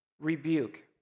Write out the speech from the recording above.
rebuke